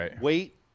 Wait